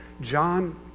John